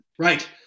Right